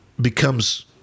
becomes